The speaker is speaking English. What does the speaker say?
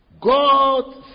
God